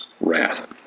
wrath